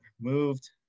moved